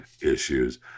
issues